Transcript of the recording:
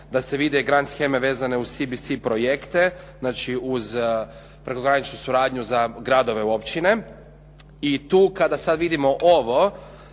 da se vide grandsheme vezane uz SBS projekte znači uz predlagajuću suradnju za gradove i općine. I tu kada sada vidimo ovo,